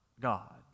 God